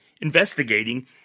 investigating